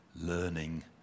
learning